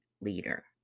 leader